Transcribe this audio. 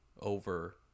over